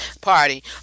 party